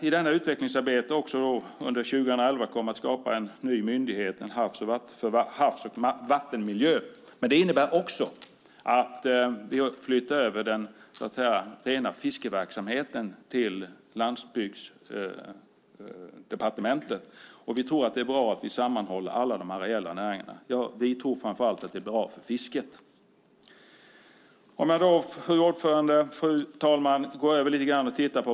I utvecklingsarbetet kommer vi under 2011 att skapa en ny myndighet för havs och vattenmiljö. Det innebär att vi flyttar över den rena fiskeverksamheten till Landsbygdsdepartementet. Vi tror att det är bra att hålla samman alla areella näringar. Vi tror att det framför allt är bra för fisket. Fru talman!